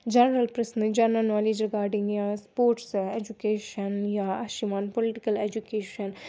general پرٛژھنہٕ general knowledge regarding یا sports education یا اَسہِ چھُ یِوان پُلٹِکَل اٮ۪جُکیشَن